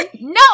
no